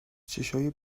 چشمای